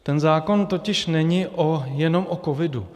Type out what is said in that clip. Ten zákon totiž není jenom o covidu.